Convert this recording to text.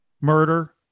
murder